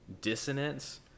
dissonance